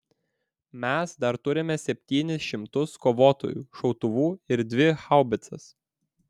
mes dar turime septynis šimtus kovotojų šautuvų ir dvi haubicas